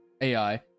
ai